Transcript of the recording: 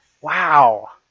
Wow